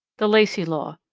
the lacey law.